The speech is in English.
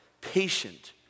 patient